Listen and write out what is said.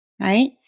right